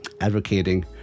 advocating